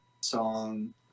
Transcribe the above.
song